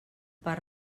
per